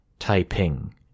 Taiping